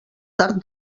tard